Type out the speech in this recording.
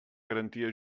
garantia